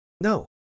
No